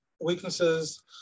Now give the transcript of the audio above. weaknesses